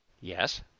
Yes